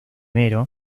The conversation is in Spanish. que